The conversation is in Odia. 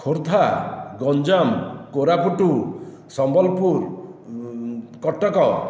ଖୋର୍ଦ୍ଧା ଗଞ୍ଜାମ କୋରାପୁଟ ସମ୍ବଲପୁର କଟକ